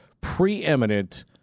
preeminent